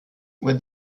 with